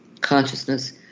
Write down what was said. consciousness